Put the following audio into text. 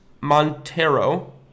Montero